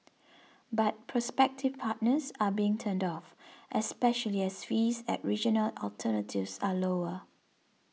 but prospective partners are being turned off especially as fees at regional alternatives are lower